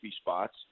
spots